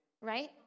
right